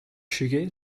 шигээ